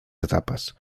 etapes